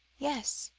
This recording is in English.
yes,